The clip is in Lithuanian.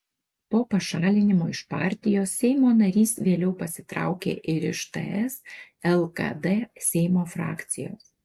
po pašalinimo iš partijos seimo narys vėliau pasitraukė ir iš ts lkd seimo frakcijos